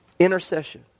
intercession